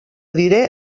diré